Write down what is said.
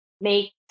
make